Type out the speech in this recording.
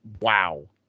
Wow